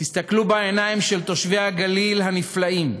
תסתכלו בעיניים של תושבי הגליל הנפלאים,